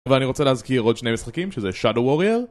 ואני רוצה להזכיר עוד שני משחקים, שזה Shadow Warrior